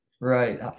Right